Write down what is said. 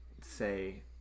say